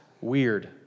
weird